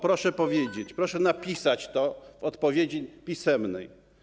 Proszę powiedzieć, proszę napisać to w odpowiedzi pisemnej.